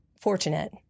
fortunate